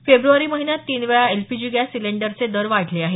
February महिन्यात तीन वेळा एलपीजी गॅस सिलेंडरचे दर वाढले आहेत